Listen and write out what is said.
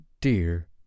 dear